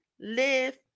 live